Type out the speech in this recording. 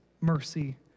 mercy